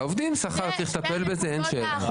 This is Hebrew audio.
על העובדים, צריך לטפל בשכר, אין שאלה.